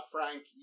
Frank